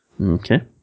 Okay